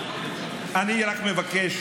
אני רק מבקש